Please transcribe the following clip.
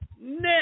Nick